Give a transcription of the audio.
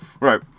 Right